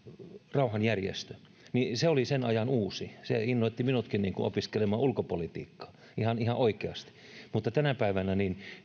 rauhanjärjestö että se oli sen ajan uusi se innoitti minutkin opiskelemaan ulkopolitiikkaa ihan ihan oikeasti mutta tänä päivänä